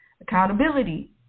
Accountability